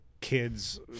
kids